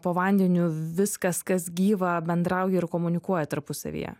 po vandeniu viskas kas gyva bendrauja ir komunikuoja tarpusavyje